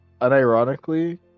unironically